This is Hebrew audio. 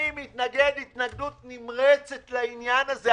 אני מתנגד התנגדות נמרצת לעניין הזה.